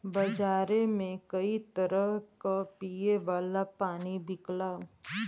बजारे में कई तरह क पिए वाला पानी बिकला